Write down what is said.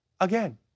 again